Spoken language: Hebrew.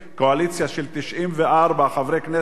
קואליציה של 94 חברי כנסת,